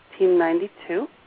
1992